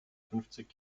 fünfzig